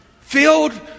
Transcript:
Filled